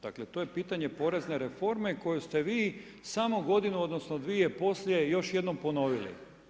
Dakle, to je pitanje porezne reforme koju ste vi samo godinu odnosno dvije poslije još jednom ponovili.